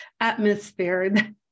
atmosphere